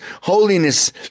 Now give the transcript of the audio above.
holiness